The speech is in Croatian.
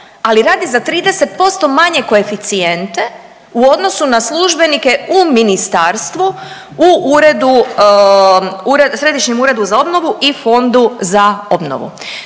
ali radi za 30% manje koeficijente u odnosu na službenike u Ministarstvu, u Središnjem uredu za obnovu i Fondu za obnovu.